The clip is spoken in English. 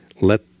let